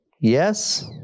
Yes